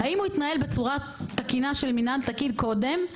האם הוא התנהל בצורה תקינה של מינהל תקים קודם?